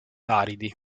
aridi